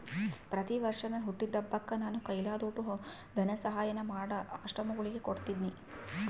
ಪ್ರತಿವರ್ಷ ನನ್ ಹುಟ್ಟಿದಬ್ಬಕ್ಕ ನಾನು ಕೈಲಾದೋಟು ಧನಸಹಾಯಾನ ಆಶ್ರಮಗುಳಿಗೆ ಕೊಡ್ತೀನಿ